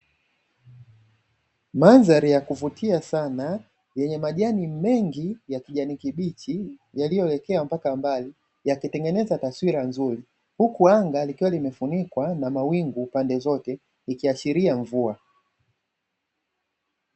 Mandhari ya kuvutia sana yenye majani mengi ya kijani kibichi, yaliyoelekea mpaka mbali, yakitengeneza taswira nzuri, huku anga likiwa limefunika pande zote likiashiria mvua.